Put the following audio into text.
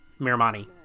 Miramani